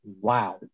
wow